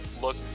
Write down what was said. look